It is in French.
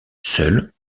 seul